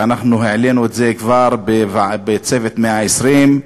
אנחנו העלינו את זה כבר ב"צוות 120 הימים"